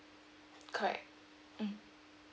correct mm